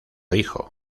hijo